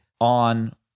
on